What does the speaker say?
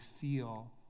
feel